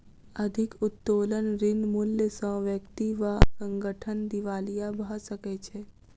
अधिक उत्तोलन ऋण मूल्य सॅ व्यक्ति वा संगठन दिवालिया भ सकै छै